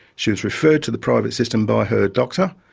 she was referred to the private system by her doctor,